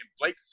Blake